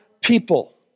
people